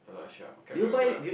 a lot shop can't remember ah